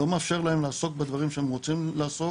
לא מאפשר להם לעסוק בדברים שהם רוצים לעסוק,